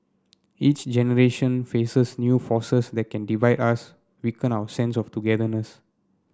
each generation faces new forces that can divide us weaken our sense of togetherness